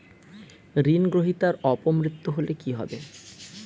ঋণ গ্রহীতার অপ মৃত্যু হলে কি হবে?